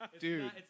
dude